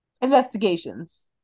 Investigations